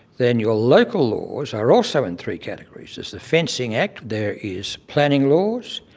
then your local laws are also in three categories there's the fencing act, there is planning laws,